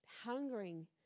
hungering